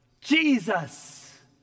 Jesus